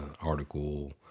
article